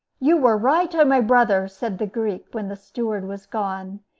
you were right, o my brother! said the greek, when the steward was gone.